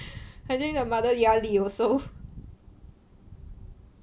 I think the mother 压力 also